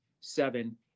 seven